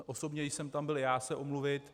Osobně jsem tam byl já se omluvit.